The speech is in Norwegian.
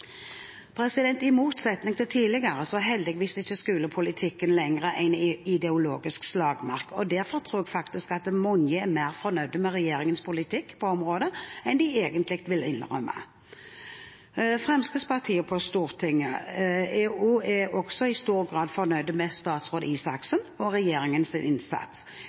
I motsetning til tidligere er heldigvis ikke skolepolitikken lenger en ideologisk slagmark. Derfor tror jeg mange er mer fornøyd med regjeringens politikk på området enn de egentlig vil innrømme. Fremskrittspartiet på Stortinget er også i stor grad fornøyd med statsråd Røe Isaksen og regjeringens innsats.